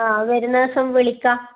ആ വരുന്ന ദിവസം വിളിക്കാം